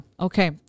Okay